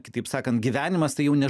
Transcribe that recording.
kitaip sakant gyvenimas tai jau ne